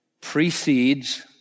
precedes